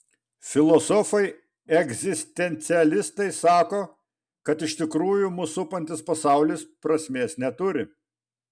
filosofai egzistencialistai sako kad iš tikrųjų mus supantis pasaulis prasmės neturi